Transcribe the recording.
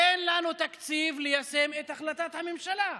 אין לנו תקציב ליישם את החלטת הממשלה.